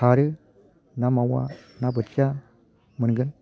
सारो ना मावा ना बोथिया मोनगोन